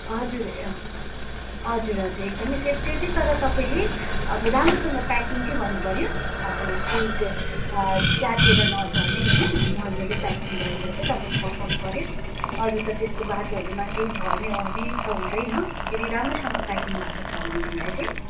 हजुर हजुर हजुर एकदमै सेफ त्यो चाहिँ तर तपाईँले अब राम्रोसँग प्याकिङ चाहिँ गर्नुपर्यो अब केही च्यातिएर नझर्ने होइन मजाले प्याकिङ गरेर चाहिँ तपाईँले पठाउनुपर्यो अरू त त्यस्तो बाटोहरूमा केही झर्नेओर्ने त हुँदैन यदि राम्रोसँग प्याकिङ भएको छ भनेदेखिलाई चाहिँ